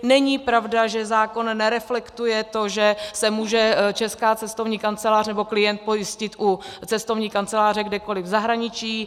Není pravda, že zákon nereflektuje to, že se může česká cestovní kancelář, klient pojistit u cestovní kanceláře kdekoliv v zahraničí.